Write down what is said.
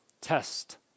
Test